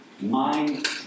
Mind